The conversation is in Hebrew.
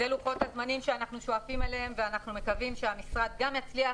אלה לוחות הזמנים שאנחנו שואפים אליהם ואנחנו מקווים שהמשרד גם יצליח